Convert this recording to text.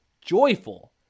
joyful